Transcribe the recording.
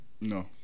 No